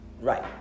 right